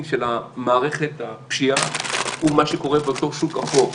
של מערכת הפשיעה הוא מה שקורה באותו שוק אפור.